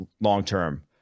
long-term